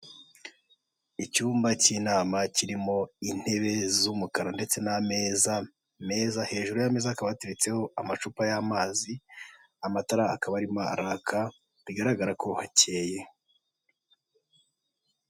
Icyumba cy'inama kirimo intebe z'umukara ndetse n'ameza meza. Hejuru y'ameza bateretseho amacupa y'amazi, amatara akaba arimo bigaragara ko hakeye,